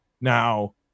Now